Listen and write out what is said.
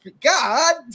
god